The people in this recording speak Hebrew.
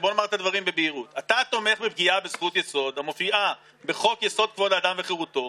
כוונת משרד המדע והטכנולוגיה לסגור את פרויקט להב"ה,